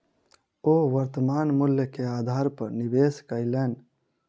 ओ वर्त्तमान मूल्य के आधार पर निवेश कयलैन